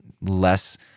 less